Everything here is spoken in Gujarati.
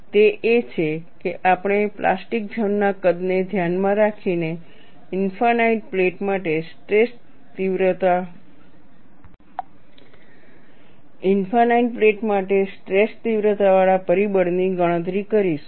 તે એ છે કે આપણે પ્લાસ્ટિક ઝોન ના કદને ધ્યાનમાં રાખીને ઇનફાઇનાઇટ પ્લેટ માટે સ્ટ્રેસ તીવ્રતા પરિબળની ગણતરી કરીશું